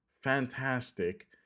fantastic